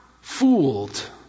fooled